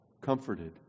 comforted